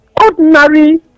Ordinary